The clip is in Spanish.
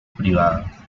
privadas